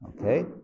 Okay